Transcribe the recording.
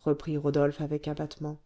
reprit rodolphe avec abattement